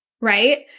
Right